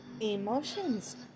Emotions